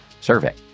survey